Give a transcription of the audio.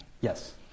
Yes